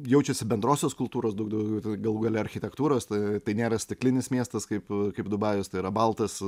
jaučiasi bendrosios kultūros daug daugiau galų gale architektūros tai nėra stiklinis miestas kaip kaip dubajus tai yra baltas